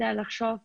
אגב, אני חושבת